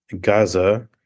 Gaza